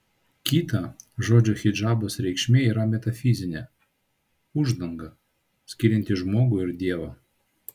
kita žodžio hidžabas reikšmė yra metafizinė uždanga skirianti žmogų ir dievą